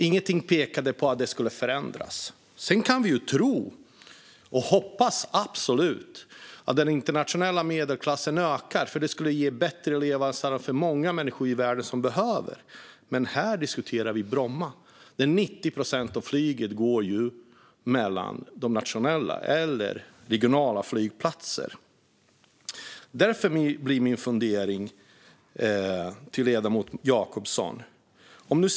Ingenting pekade på att det skulle förändras. Sedan kan vi tro och absolut hoppas att den internationella medelklassen ökar. Det skulle ge bättre levnadsstandard för många människor i världen som behöver det. Men här diskuterar vi Bromma, där 90 procent av flyget går nationellt mellan regionala flygplatser. Därför blir min fundering till ledamoten Jacobsson följande.